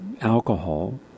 alcohol